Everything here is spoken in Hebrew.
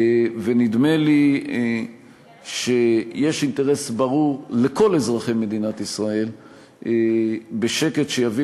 ונדמה לי שיש אינטרס ברור לכל אזרחי מדינת ישראל בשקט שיביא